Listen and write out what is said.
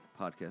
Podcast